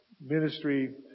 ministry